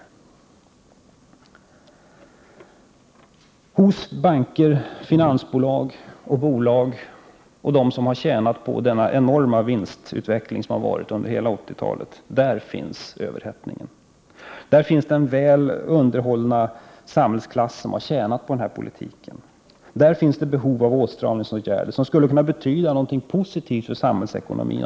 Det är hos banker, finansbolag, andra bolag och dem som har tjänat på den enorma vinstutveckling som skett under hela 80-talet som överhettningen finns. Där finns den väl underhållna samhällsklass som har tjänat på denna politik. Det är på detta område som det finns behov av åtstramningsåtgärder som skulle kunna betyda något positivt för samhällsekonomin.